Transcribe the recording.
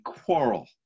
quarrel